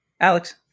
Alex